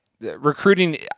recruiting –